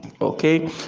okay